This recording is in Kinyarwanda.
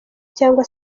cyangwa